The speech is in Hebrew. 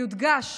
יודגש